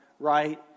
right